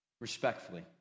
respectfully